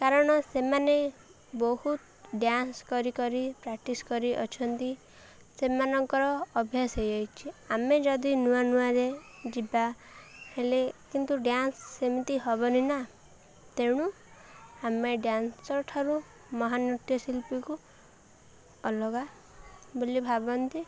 କାରଣ ସେମାନେ ବହୁତ ଡ୍ୟାନ୍ସ କରି କରି ପ୍ରାକ୍ଟିସ୍ କରି ଅଛନ୍ତି ସେମାନଙ୍କର ଅଭ୍ୟାସ ହେଇଯାଇଛି ଆମେ ଯଦି ନୂଆ ନୂଆରେ ଯିବା ହେଲେ କିନ୍ତୁ ଡ୍ୟାନ୍ସ ସେମିତି ହବନି ନା ତେଣୁ ଆମେ ଡ୍ୟାନ୍ସର୍ ଠାରୁ ମହାନୃତ୍ୟଶିଳ୍ପୀକୁ ଅଲଗା ବୋଲି ଭାବନ୍ତି